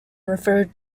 referred